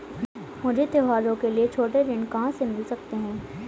मुझे त्योहारों के लिए छोटे ऋण कहां से मिल सकते हैं?